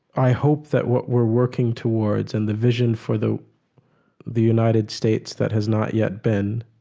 i hope that what we're working towards and the vision for the the united states that has not yet been